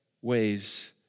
ways